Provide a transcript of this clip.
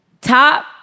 top